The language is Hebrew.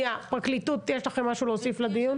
הפרקליטות, יש לכם להוסיף משהו לדיון?